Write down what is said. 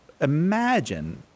imagine